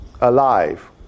alive